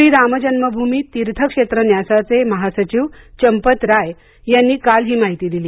श्री राम जन्मभूमी तीर्थ क्षेत्र न्यासाचे महासचिव चंपत राय यांनी काल ही माहिती दिली